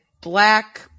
black